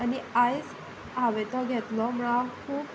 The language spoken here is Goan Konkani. आनी आयज हांवें तो घेतलो म्हणून हांव खूब